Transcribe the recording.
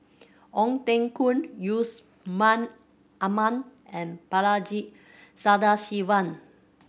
Ong Teng Koon Yusman Aman and Balaji Sadasivan